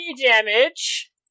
damage